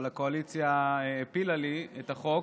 אבל הקואליציה הפילה לי את החוק,